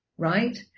Right